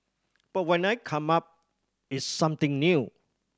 but when I come up it's something new